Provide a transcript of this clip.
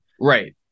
Right